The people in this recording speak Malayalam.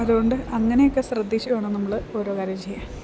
അതുകൊണ്ട് അങ്ങനെയൊക്കെ ശ്രദ്ധിച്ചുവേണം നമ്മൾ ഓരോ കാര്യവും ചെയ്യാൻ